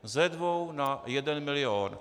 Ze dvou na jeden milion.